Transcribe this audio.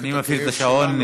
אני מפעיל את השעון.